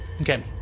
Okay